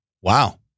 Wow